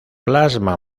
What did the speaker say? plasma